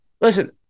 listen